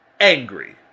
Angry